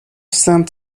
send